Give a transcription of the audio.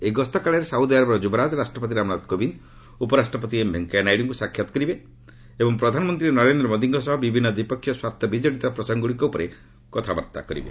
ଏହି ଗସ୍ତ କାଳରେ ସାଉଦିଆରବର ଯୁବରାଜ ରାଷ୍ଟ୍ରପତି ରାମନାଥ କୋବିନ୍ଦ ଉପରାଷ୍ଟ୍ରପତି ଏମ୍ ଭେଙ୍କୟା ନାଇଡ଼ୁଙ୍କୁ ସାକ୍ଷାତ କରିବେ ଏବଂ ପ୍ରଧାନମନ୍ତ୍ରୀ ନରେନ୍ଦ୍ର ମୋଦିଙ୍କ ସହ ବିଭିନ୍ନ ଦ୍ୱିପକ୍ଷିୟ ସ୍ୱାର୍ଥ ବିଜଡ଼ିତ ପ୍ରସଙ୍ଗଗୁଡ଼ିକ ଉପରେ କଥାବାର୍ତ୍ତା କରିବେ